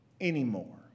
anymore